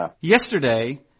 yesterday